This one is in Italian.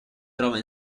trova